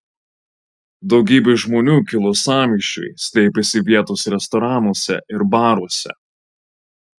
daugybė žmonių kilus sąmyšiui slėpėsi vietos restoranuose ir baruose